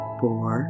four